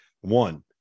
One